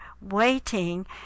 waiting